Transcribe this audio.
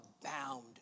abound